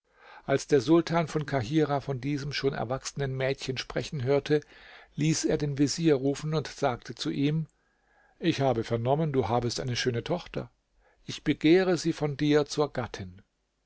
als der sultan von kahirah von diesem schon erwachsenen mädchen sprechen hörte ließ er den vezier rufen und sagte zu ihm ich habe vernommen du habest eine schöne tochter ich begehre sie von dir zur gattin